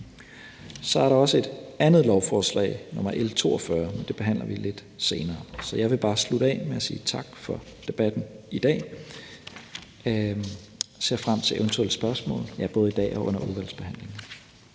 Så er der også et andet lovforslag, nemlig nr. L 42. Det behandler vi lidt senere, så jeg vil bare slutte af med at sige tak for debatten i dag. Jeg ser frem til eventuelle spørgsmål både i dag og under udvalgsbehandlingen.